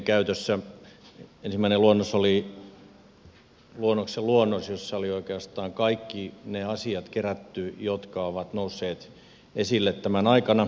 ensimmäinen luonnos oli luonnoksen luonnos johon oli kerätty oikeastaan kaikki ne asiat jotka ovat nousseet esille tämän keskustelun aikana